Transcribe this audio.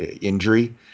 injury